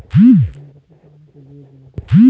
क्या भेड़ बकरी पालने के लिए ऋण मिल सकता है?